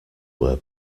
were